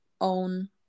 own